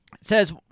says